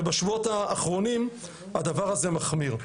ובשבועות האחרונים הדבר הזה מחמיר.